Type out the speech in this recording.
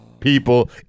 people